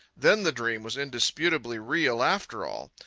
then the dream was indisputably real after all.